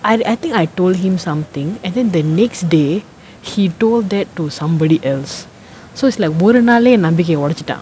I I think I told him something and then the next day he told that to somebody else so it's like ஒரு நாள்லயே நம்பிக்கைய ஒடச்சிட்டா:oru naallayae nambikaiya odachittaa